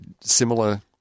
Similar